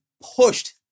pushed